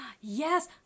Yes